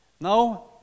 Now